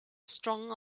strong